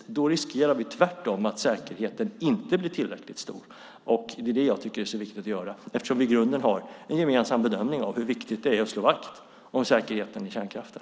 I så fall riskerar vi att säkerheten inte blir tillräckligt stor. Det tycker jag är viktigt att göra eftersom vi i grunden har en gemensam bedömning av hur viktigt det är att slå vakt om säkerheten i kärnkraften.